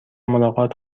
ملاقات